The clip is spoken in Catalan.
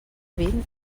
vint